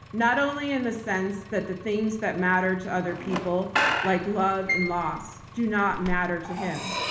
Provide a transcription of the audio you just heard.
not only in the sense that the things that matter to other people like love and loss, do not matter to him.